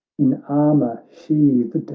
in armour sheathed,